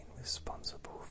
responsible